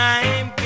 Time